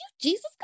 Jesus